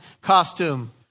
costume